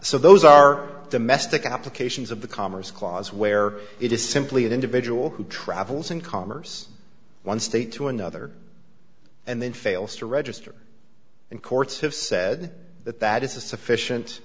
so those are domestic applications of the commerce clause where it is simply an individual who travels in commerce one state to another and then fails to register and courts have said that that is a sufficient